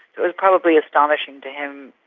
it was probably astonishing to him